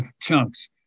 chunks